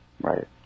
Right